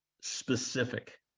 specific